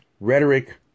rhetoric